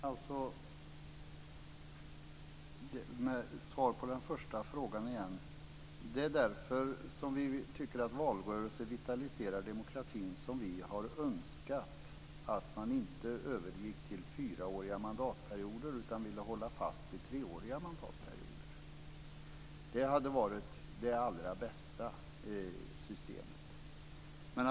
Fru talman! Jag svarar på den första frågan igen: Det är därför att vi tycker att valrörelsen vitaliserar demokratin som vi har önskat att man inte skulle övergå till fyraåriga mandatperioder utan ville hålla fast vid treåriga mandatperioder. Det hade varit det allra bästa systemet.